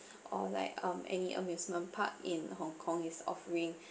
or like um any amusement park in hong kong is offering